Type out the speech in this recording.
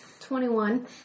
Twenty-one